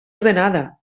ordenada